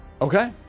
Okay